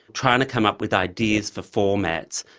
trying to come up with ideas for formats,